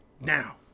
now